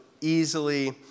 easily